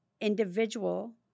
individual